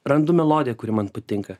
randu melodiją kuri man patinka